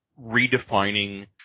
redefining